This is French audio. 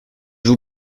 vous